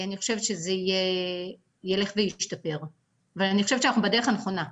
אני חושבת שזה ילך וישתפר ואני חושבת שאנחנו בדרך הנכונה.